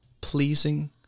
pleasing